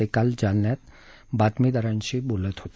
ते काल जालन्यात बातमीदारांशी बोलत होते